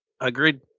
Agreed